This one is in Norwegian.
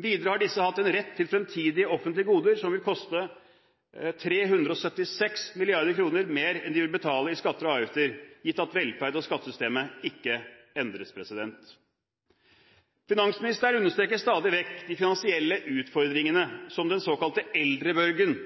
Videre har disse hatt en rett til fremtidige offentlige goder som vil koste 376 mrd. kr mer enn de vil betale i skatter og avgifter, gitt at velferds- og skattesystemet ikke endres. Finansministeren understreker stadig vekk de finansielle utfordringene som den såkalte eldrebølgen